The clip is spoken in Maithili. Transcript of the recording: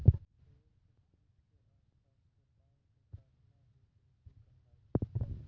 भेड़ के पूंछ के आस पास के बाल कॅ काटना हीं क्रचिंग कहलाय छै